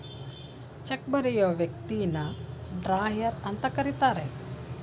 check ಬರಿಯೋ ವ್ಯಕ್ತಿನ drawer ಅಂತ ಕರಿತರೆ